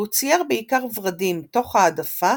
והוא צייר בעיקר ורדים, תוך העדפה